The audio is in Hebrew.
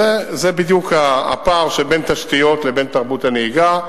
זה, בדיוק, הפער שבין תשתיות לבין תרבות הנהיגה.